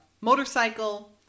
motorcycle